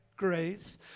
Grace